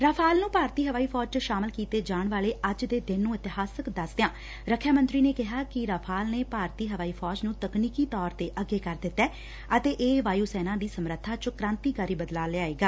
Rafale ਨੂੰ ਭਾਰਤੀ ਹਵਾਈ ਫੌਜ ਚ ਸ਼ਾਮਲ ਕੀਤੇ ਜਾਣ ਵਾਲੇ ਅੱਜ ਦੇ ਦਿਨ ਨੂੰ ਇਤਿਹਾਸਕ ਦਸਦਿਆਂ ਰੱਖਿਆ ਮੰਤਰੀ ਨੇ ਕਿਹਾ ਕਿ ਰਾਫ਼ਾਲ ਨੇ ਭਾਰਤੀ ਹਵਾਈ ਫੌਜ ਨੂੰ ਤਕਨੀਕੀ ਤੌਰ ਤੇ ਅੱਗੇ ਕਰ ਦਿੱਤੈ ਅਤੇ ਇਹ ਵਾਯੁ ਸੈਨਾ ਦੀ ਸਮਰੱਬਾ ਚ ਕੁਾਂਤੀਕਾਰੀ ਬਦਲਾਅ ਲਿਆਏਗਾ